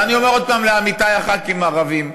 ואני אומר עוד פעם לעמיתי חברי הכנסת הערבים,